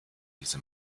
diese